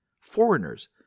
Foreigners